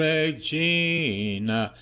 Regina